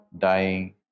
dying